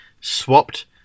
swapped